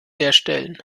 herstellen